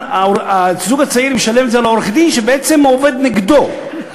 הזוג הצעיר משלם את זה לעורך-דין שבעצם עובד נגדו,